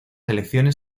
elecciones